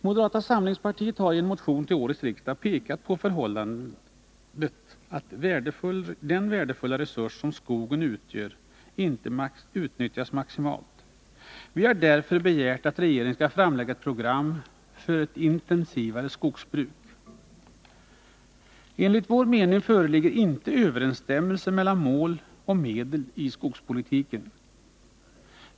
Moderata samlingspartiet har i en motion till årets riksdag pekat på förhållandet att den värdefulla resurs som skogen utgör inte utnyttjas maximalt. Vi har därför begärt att regeringen skall framlägga ett program för intensivare skogsbruk. Enligt vår mening föreligger inte överenstämmelse mellan mål och medel i skogspolitiken.